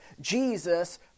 Jesus